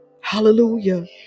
Hallelujah